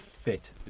fit